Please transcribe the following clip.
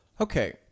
Okay